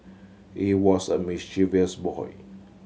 he was a mischievous boy